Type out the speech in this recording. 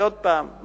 ועוד פעם,